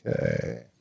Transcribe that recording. Okay